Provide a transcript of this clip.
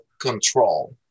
control